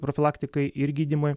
profilaktikai ir gydymui